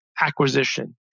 acquisition